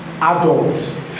adults